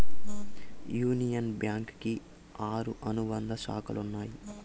union Bank కి ఆరు అనుబంధ శాఖలు ఉన్నాయి